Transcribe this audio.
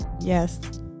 Yes